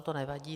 To nevadí.